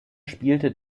spielte